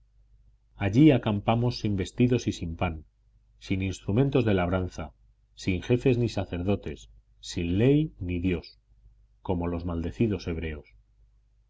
allí acampamos sin vestidos y sin pan sin instrumentos de labranza sin jefes ni sacerdotes sin ley ni dios como los maldecidos hebreos